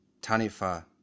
Tanifa